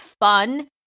fun